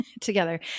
together